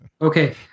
Okay